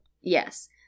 yes